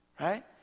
right